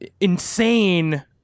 insane